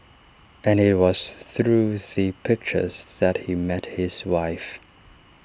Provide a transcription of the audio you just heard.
and IT was through the pictures that he met his wife